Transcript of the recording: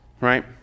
right